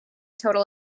total